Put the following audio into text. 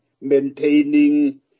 maintaining